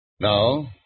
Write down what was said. Now